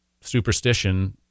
Superstition